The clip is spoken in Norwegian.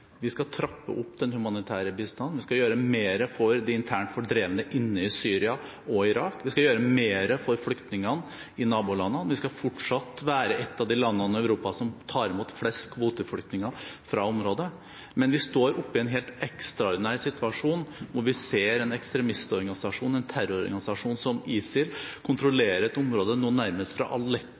Vi skal trappe opp den humanitære bistanden. Vi skal gjøre mer for de internt fordrevne inne i Syria og Irak. Vi skal gjøre mer for flyktningene i nabolandene. Vi skal fortsatt være et av de landene i Europa som tar imot flest kvoteflyktninger fra området, men vi står oppe i en helt ekstraordinær situasjon, hvor vi ser en ekstremistorganisasjon, en terrororganisasjon som ISIL, kontrollere et område nå nærmest fra